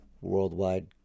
worldwide